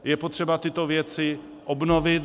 Je potřeba tyto věci obnovit.